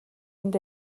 энд